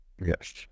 Yes